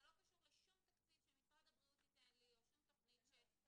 זה לא קשור לשום תקציב שמשרד הבריאות ייתן לי או שום תוכנית שקיימת.